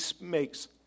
makes